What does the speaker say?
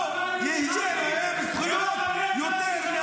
לא יהיה להם כלום יותר מהם.